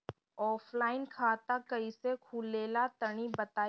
Offline खाता कइसे खुलेला तनि बताईं?